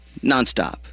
nonstop